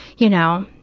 you know,